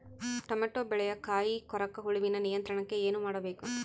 Tomato ಬೆಳೆಯ ಕಾಯಿ ಕೊರಕ ಹುಳುವಿನ ನಿಯಂತ್ರಣಕ್ಕೆ ಏನು ಮಾಡಬೇಕು?